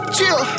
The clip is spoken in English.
Chill